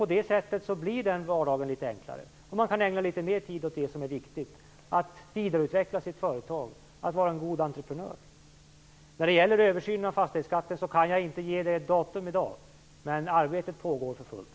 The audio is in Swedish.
På det viset blir vardagen litet enklare och man kan ägna litet mer tid åt det som är viktigt - att vidareutveckla sitt företag och vara en god entreprenör. Jag kan inte ge något datum i dag när det gäller översynen av fastighetsskatten. Men arbetet pågår för fullt.